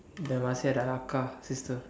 the Marsia the Arka sister